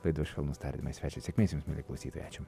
laidoj švelnūs tardymai svečias sėkmės jums mieli klausytojai ačiū